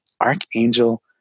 Archangel